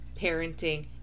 parenting